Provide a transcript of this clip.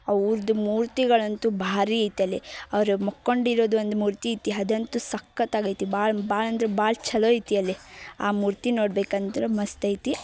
ಅವ್ರದ್ದು ಮೂರ್ತಿಗಳಂತೂ ಭಾರಿ ಐತಲ್ಲಿ ಅವರು ಮಲ್ಕೊಂಡಿರೋದು ಒಂದು ಮೂರ್ತಿ ಐತಿ ಅದಂತೂ ಸಖತ್ತಾಗೈತಿ ಭಾಳ ಭಾಳಂದ್ರೆ ಭಾಳ ಛಲೋ ಐತಿ ಅಲ್ಲಿ ಆ ಮೂರ್ತಿ ನೋಡ್ಬೇಕಂದ್ರೆ ಮಸ್ತ್ ಐತಿ